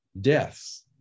deaths